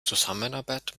zusammenarbeit